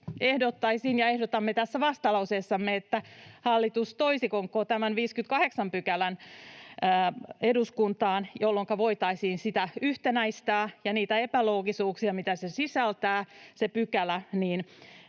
tässä vastalauseessamme, että hallitus toisi koko tämän 58 §:n eduskuntaan, jolloinka voitaisiin sitä yhtenäistää ja niitä epäloogisuuksia, mitä se pykälä sisältää,